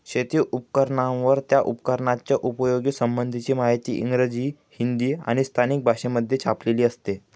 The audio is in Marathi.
शेती उपकरणांवर, त्या उपकरणाच्या उपयोगा संबंधीची माहिती इंग्रजी, हिंदी आणि स्थानिक भाषेमध्ये छापलेली असते